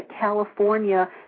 California